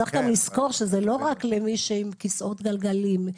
צריך לזכור שזה לא רק למי שעם כיסאות גלגלים.